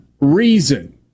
reason